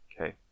okay